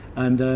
and,